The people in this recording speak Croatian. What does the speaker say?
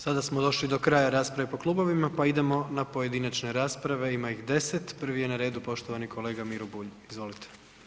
Sada smo došli do kraja rasprave po klubovima, pa idemo na pojedinačne rasprave, ima ih 10, prvi je na redu poštovani kolega Miro Bulj, izvolite.